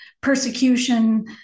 persecution